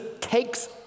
takes